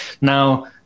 now